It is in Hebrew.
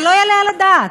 זה לא יעלה על הדעת,